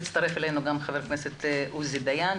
הצטרף אלינו ח"כ עוזי דיין.